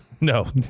no